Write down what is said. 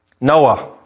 Noah